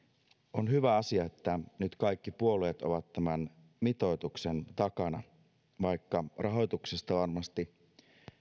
on hyvä asia että nyt kaikki puolueet ovat tämän mitoituksen takana vaikka rahoituksesta varmasti